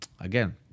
again